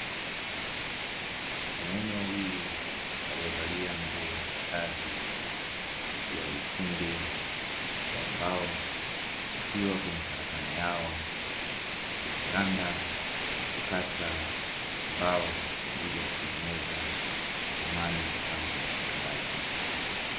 Wanaume wawili waliovalia nguo za kazi ya ufundi wa mbao, wakiwa kwenye karakana yao, wakiranda na kukata mbao kwa ajili ya kutengeneza samani kama makabati.